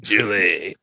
Julie